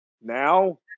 Now